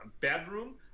bedroom